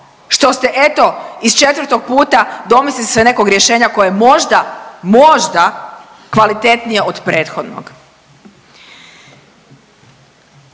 što ste eto iz četvrtog puta domislili se nekog rješenja koje je možda, možda kvalitetnije od prethodnog.